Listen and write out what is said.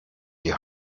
die